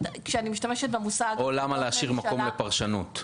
למה להשאיר מקום לפרשנות?